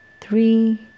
three